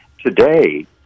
Today